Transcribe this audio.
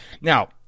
Now